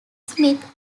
smith